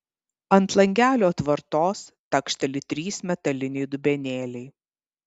ant langelio atvartos takšteli trys metaliniai dubenėliai